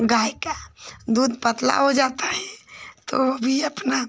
गाय का दूध पतला हो जाता है तो भी अपना